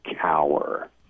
cower